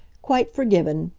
quite forgiven.